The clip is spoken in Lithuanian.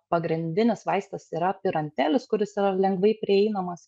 pagrindinis vaistas yra pirantelis kuris yra lengvai prieinamas